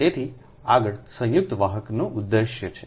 તેથી આગળ સંયુક્ત વાહકનો ઉદ્દેશ છે